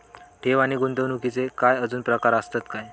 ठेव नी गुंतवणूकचे काय आजुन प्रकार आसत काय?